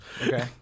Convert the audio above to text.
Okay